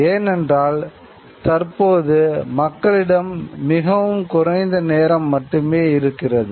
ஏனென்றால் தற்போது மக்களிடம் மிகவும் குறைந்த நேரம் மட்டுமே இருக்கிறது